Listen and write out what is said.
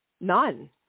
none